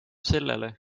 sellele